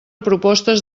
propostes